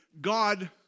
God